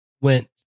went